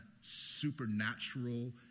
supernatural